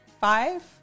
Five